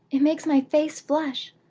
it makes my face flush,